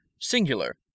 Singular